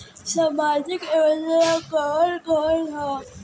सामाजिक योजना कवन कवन ह?